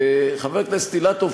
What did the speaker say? וחבר הכנסת אילטוב,